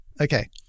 Okay